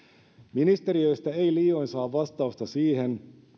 ministeriöstä ei liioin saa vastausta siihen